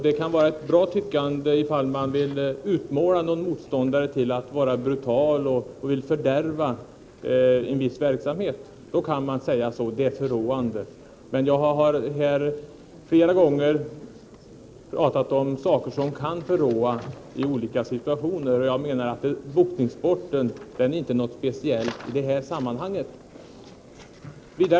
Det kan vara ett bra tyckande ifall man vill utmåla en motståndare som brutal och vill fördärva en viss verksamhet — då kan man prata om en förråande inverkan. Jag har flera gånger pratat om sådant som kan förråa i olika situationer, men jag menar att boxningssporten inte är något speciellt i det sammanhanget.